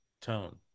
tone